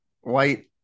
white